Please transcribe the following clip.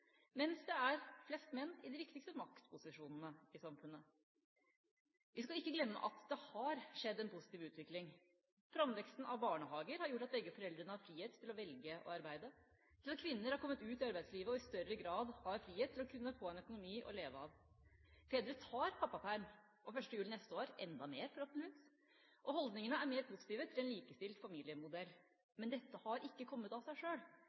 mens det er flest menn i de viktigste maktposisjonene i samfunnet. Vi skal ikke glemme at det har skjedd en positiv utvikling. Framveksten av barnehager har gjort at begge foreldrene har frihet til å velge å arbeide, til at kvinner har kommet ut i arbeidslivet og i større grad har frihet til å kunne få en økonomi å leve av. Fedre tar pappapermisjon – fra 1. juli neste år enda mer, forhåpentligvis – og holdningene er mer positive til en likestilt familiemodell. Men dette har ikke kommet av seg